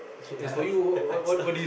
yeah I stu~